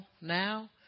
now